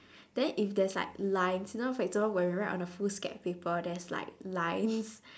then if there's like lines you know for example when we write on a foolscap paper there's like lines